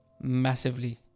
massively